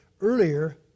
earlier